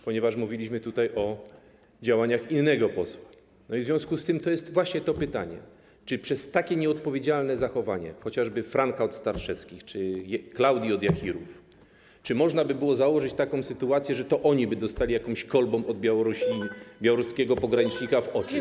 Ponieważ mówiliśmy tutaj o działaniach innego posła, w związku z tym to jest właśnie to pytanie: Czy przez takie nieodpowiedzialne zachowanie chociażby Franka od Sterczewskich czy Klaudii od Jachirów można by było założyć taką sytuację, że to oni by dostali jakąś kolbą od białoruskiego pogranicznika w oczy?